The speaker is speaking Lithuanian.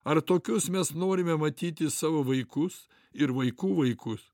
ar tokius mes norime matyti savo vaikus ir vaikų vaikus